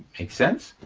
make sense?